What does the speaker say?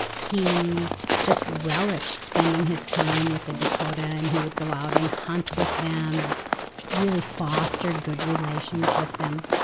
he just relished spending his time with the dakota. and he would go out and hunt with them and really fostered good relations with them.